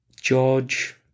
George